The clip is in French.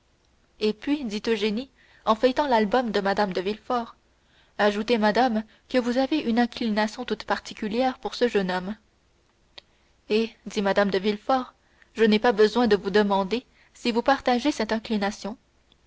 et puis dit eugénie en feuilletant l'album de mme de villefort ajoutez madame que vous avez une inclination toute particulière pour ce jeune homme et dit mme de villefort je n'ai pas besoin de vous demander si vous partagez cette inclination